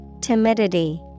Timidity